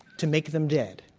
to make them dead.